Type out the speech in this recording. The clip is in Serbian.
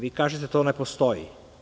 Vi kažete – to ne postoji.